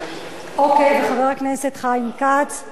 ואני עד